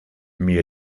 mere